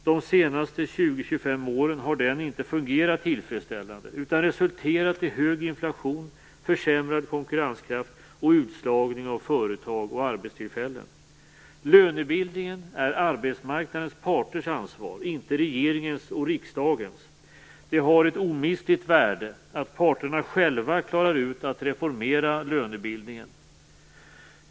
De senaste 20 25 åren har den inte fungerat tillfredsställande utan resulterat i hög inflation, försämrad konkurrenskraft och utslagning av företag och arbetstillfällen. Lönebildningen är arbetsmarknadens parters ansvar, inte regeringens och riksdagens. Det har ett omistligt värde att parterna själva klarar ut att reformera lönebildningen.